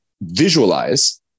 visualize